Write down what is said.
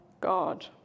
God